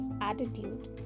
attitude